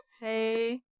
Hey